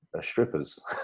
strippers